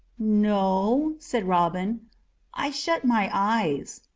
no, said robin i shut my eyes.